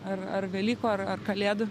ar ar velykų ar ar kalėdų